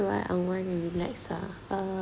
do I unwind and relax ah uh